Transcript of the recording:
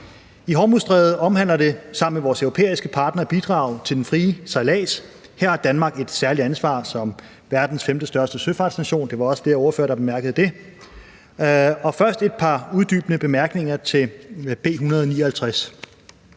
I Hormuzstrædet omhandler det sammen med vores europæiske partnere et bidrag til den frie sejlads, og her har Danmark et særligt ansvar som verdens femtestørste søfartsnation – der var også flere ordførere, der bemærkede det. Først har jeg et par uddybende bemærkninger til B 159: